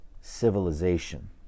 civilization